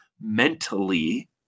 mentally